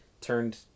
turned